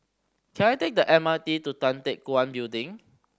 can I take the M R T to Tan Teck Guan Building